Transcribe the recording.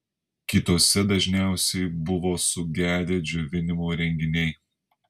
kituose dažniausiai buvo sugedę džiovinimo įrenginiai